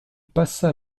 passa